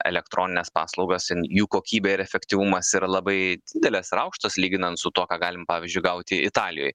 elektronines paslaugas jų kokybė ir efektyvumas yra labai didelės ir aukštos lyginant su tuo ką galim pavyzdžiui gauti italijoj